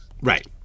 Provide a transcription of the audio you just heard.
Right